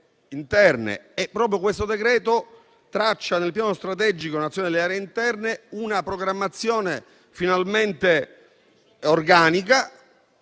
interne e proprio questo decreto-legge traccia, nel Piano strategico nazionale delle aree interne, una programmazione finalmente organica,